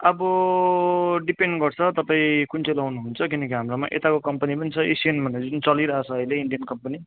अब डिपेन्ड गर्छ तपाईँ कुन चाहिँ लाउनुहुन्छ किनकि हाम्रोमा यताको कम्पनी पनि छ एशियन भन्ने जुन चलिरहेकोछ अहिले इन्डियन कम्पनी